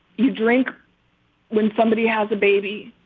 you drink when somebody has a baby,